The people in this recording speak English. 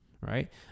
right